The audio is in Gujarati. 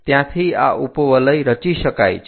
ત્યાંથી આ ઉપવલય રચી શકાય છે